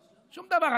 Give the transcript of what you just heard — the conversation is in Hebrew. שום דבר,